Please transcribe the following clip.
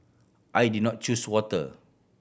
I did not choose water